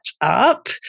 up